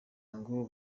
ngo